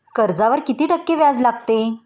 कर्जावर किती टक्के व्याज लागते?